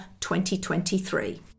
2023